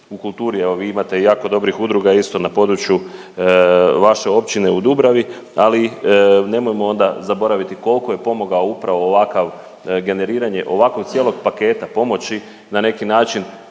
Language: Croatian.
u kulturi. Evo vi imate i jako dobrih udruga isto na području vaše općine u Dubravi, ali nemojmo onda zaboraviti koliko je pomogao upravo ovakav, generiranje ovakvog cijelog paketa pomoći na neki način